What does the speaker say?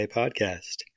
podcast